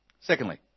Secondly